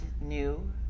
new